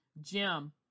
Jim